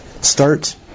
start